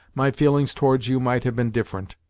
my feelings towards you might have been different!